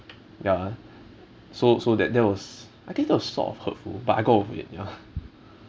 ya so so that that was I think that was sort of hurtful but I got over it ya